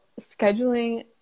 scheduling